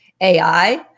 AI